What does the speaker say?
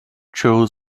for